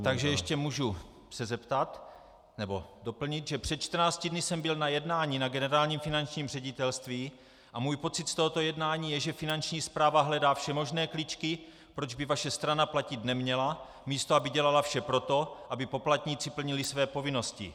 Takže se ještě můžu zeptat nebo doplnit, že před čtrnácti dny jsem byl na jednání na Generálním finančním ředitelství a můj pocit z tohoto jednání je, že Finanční správa hledá všemožné kličky, proč by vaše strana platit neměla, místo aby dělala vše pro to, aby poplatníci plnili své povinnosti.